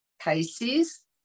Pisces